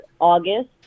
August